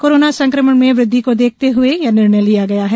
corona संक्रमण में वृद्धि को देखते हुए यह निर्णय लिया गया है